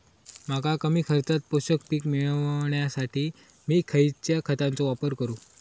मका कमी खर्चात पोषक पीक मिळण्यासाठी मी खैयच्या खतांचो वापर करू?